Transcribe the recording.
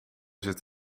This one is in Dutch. zit